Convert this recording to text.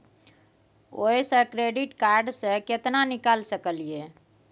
ओयसे credit card से केतना निकाल सकलियै?